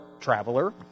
traveler